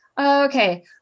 okay